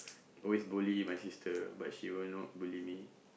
always bully my sister but she will not bully me